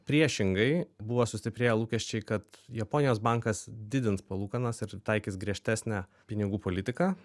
priešingai buvo sustiprėję lūkesčiai kad japonijos bankas didins palūkanas ir taikys griežtesnę pinigų politiką